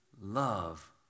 love